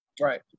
Right